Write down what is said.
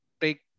take